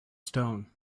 stone